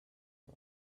dot